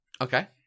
Okay